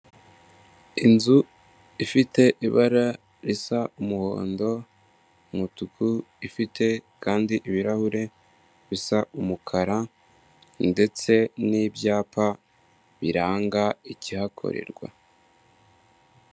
Inzu ifite ibara risa umuhondo, umutuku, ifite kandi ibirahure bisa umukara ndetse n'ibyapa biranga ikihakorerwa.